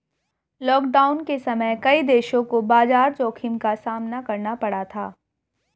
lockdown के समय कई देशों को बाजार जोखिम का सामना करना पड़ा था